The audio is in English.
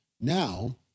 now